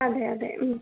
അതെ അതെ